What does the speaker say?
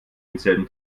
denselben